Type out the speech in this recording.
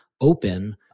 open